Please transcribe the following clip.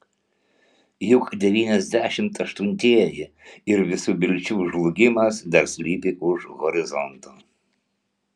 juk devyniasdešimt aštuntieji ir visų vilčių žlugimas dar slypi už horizonto